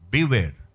Beware